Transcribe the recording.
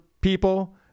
people